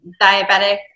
diabetic